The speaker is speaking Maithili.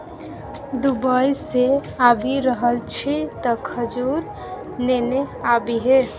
दुबई सँ आबि रहल छी तँ खजूर नेने आबिहे